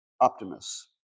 Optimus